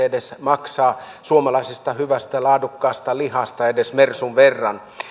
edes tarvitse maksaa suomalaisesta hyvästä laadukkaasta lihasta mersun verran